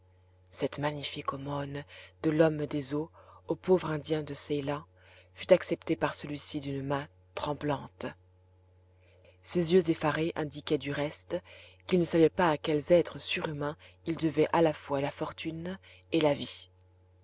cette magnifique aumône de l'homme des eaux au pauvre indien de ceylan fut acceptée par celui-ci d'une main tremblante ses yeux effarés indiquaient du reste qu'il ne savait à quels êtres surhumains il devait à la fois la fortune et la vie